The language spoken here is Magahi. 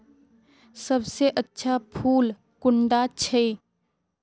सबसे अच्छा फुल कुंडा छै?